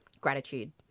gratitude